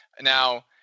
Now